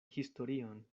historion